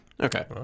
Okay